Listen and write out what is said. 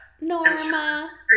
Norma